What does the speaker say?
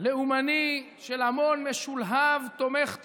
לאומני של המון משולהב תומך טרור.